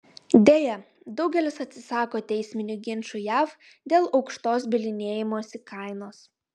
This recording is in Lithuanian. deja daugelis atsisako teisminių ginčų jav dėl aukštos bylinėjimosi kainos